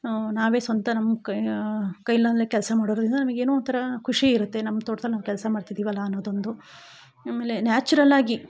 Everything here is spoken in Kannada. ನಾವೆ ಸ್ವಂತ ನಮ್ಮ ಕೈಯಾ ಕೈಲಾಲೆ ಕೆಲಸ ಮಾಡೋದರಿಂದ ನಮಗ್ ಏನೋ ಒಂಥರ ಖುಷಿಯಿರತ್ತೆ ನಮ್ಮ ತೋಟ್ದಲ್ಲಿ ನಾವು ಕೆಲಸ ಮಾಡ್ತಿದಿವಲ್ಲ ಅನ್ನೊದೊಂದು ಆಮೇಲೆ ನ್ಯಾಚುರಲ್ಲಾಗಿ